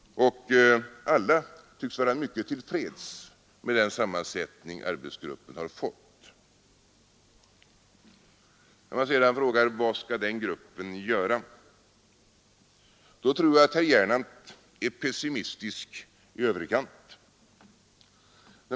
Alla tycks vara mycket till freds med den sammansättning arbetsgruppen har fått. När man sedan frågar vad den gruppen skall göra, tror jag att herr Gernandt är pessimistisk i överkant.